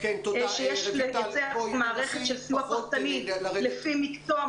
שיש לפתח מערכת של סיוע פרטני לפי מקצוע,